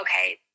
okay